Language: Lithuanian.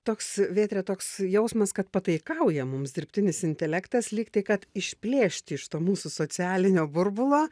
toks vėtre toks jausmas kad pataikauja mums dirbtinis intelektas lyg tai kad išplėšti iš to mūsų socialinio burbulo